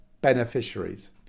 beneficiaries